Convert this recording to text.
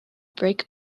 break